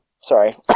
sorry